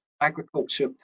agriculture